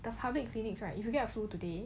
the public clinics right you have flu today